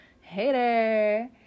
Hater